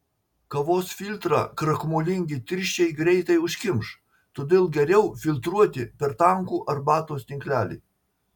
kavos filtrą krakmolingi tirščiai greitai užkimš todėl geriau filtruoti per tankų arbatos tinklelį